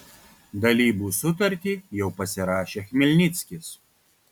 dalybų sutartį jau pasirašė chmelnickis